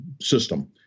system